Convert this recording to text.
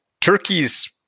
turkeys